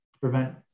prevent